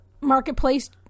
marketplace